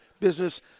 Business